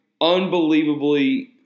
unbelievably